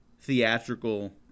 theatrical